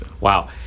Wow